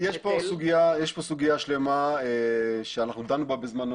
יש פה סוגיה שלמה שאנחנו דנו בה בזמנו,